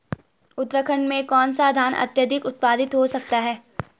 उत्तराखंड में कौन सा धान अत्याधिक उत्पादित हो सकता है?